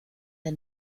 der